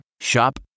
Shop